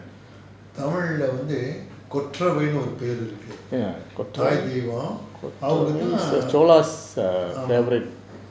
Kottravai is chola's favourite